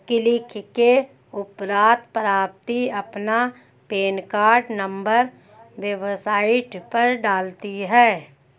click के उपरांत प्रीति अपना पेन कार्ड नंबर वेबसाइट पर डालती है